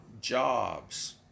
jobs